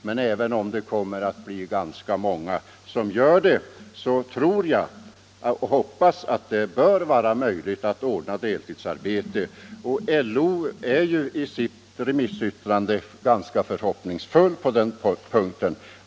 Men även om det blir ganska många som gör det, hoppas jag att det skall vara möjligt att ordna deltidsarbete åt dem. LO ser ju i sitt remissyttrande ganska förhoppningsfullt på den möjligheten.